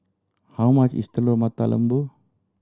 how much is Telur Mata Lembu